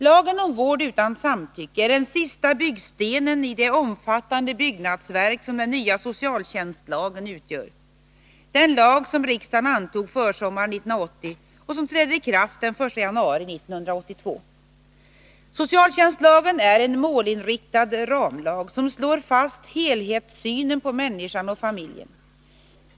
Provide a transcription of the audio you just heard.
Lagen om vård utan samtycke är den sista byggstenen i det omfattande byggnadsverk som den nya socialtjänstlagen utgör — den lag som riksdagen antog försommaren 1980 och som träder i kraft den 1 januari 1982. Socialtjänstlagen är en målinriktad ramlag, som slår fast helhetssynen på människan och familjen.